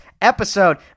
episode